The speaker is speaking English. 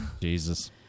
Jesus